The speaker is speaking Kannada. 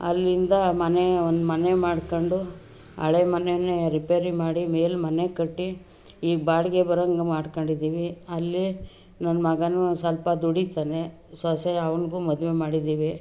ಅಲ್ಲಿಂದ ಮನೆ ಒಂದು ಮನೆ ಮಾಡ್ಕೊಂಡು ಹಳೆ ಮನೆಯೇ ರಿಪೇರಿ ಮಾಡಿ ಮೇಲೆ ಮನೆ ಕಟ್ಟಿ ಈಗ ಬಾಡಿಗೆ ಬರೋಂಗೆ ಮಾಡ್ಕೊಂಡಿದೀವಿ ಅಲ್ಲಿ ನನ್ನ ಮಗನೂ ಸ್ವಲ್ಪ ದುಡಿತಾನೆ ಸೊಸೆ ಅವ್ನಿಗೂ ಮದುವೆ ಮಾಡಿದೀವಿ